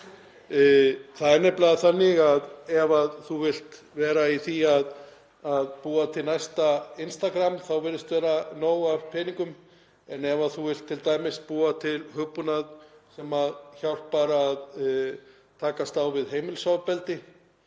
Það er nefnilega þannig að ef þú vilt vera í því að búa til næsta Instagram þá virðist vera nóg af peningum en ef þú vilt t.d. búa til hugbúnað sem hjálpar til við að takast á við heimilisofbeldi